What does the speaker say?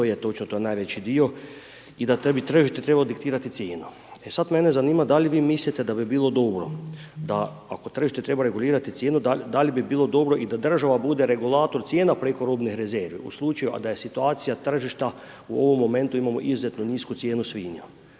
to je točno, to je najveći dio i .../Govornik se ne razumije./... ciljano. E sad, mene zanima da li vi mislite da bi bilo dobro, da ako tržište treba regulirati cijenu, da li bi bilo dobro i da država bude regulator cijena preko robnih rezervi. U slučaju, a da je situacija tržišta, u ovom momentu imamo izuzetno nisku cijenu svinja,